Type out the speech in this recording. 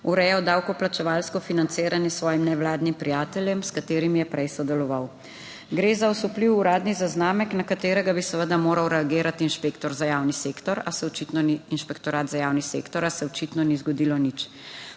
urejal davkoplačevalsko financiranje s svojim nevladnim prijateljem, s katerim je prej sodeloval. Gre za osupljiv uradni zaznamek, na katerega bi seveda moral reagirati inšpektor za javni sektor, a se očitno ni,